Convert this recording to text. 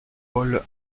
paul